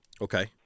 Okay